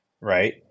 right